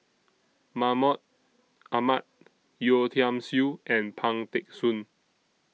Mahmud Ahmad Yeo Tiam Siew and Pang Teck Soon